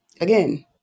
again